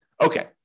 Okay